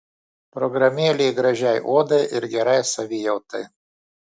programėlė gražiai odai ir gerai savijautai